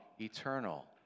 eternal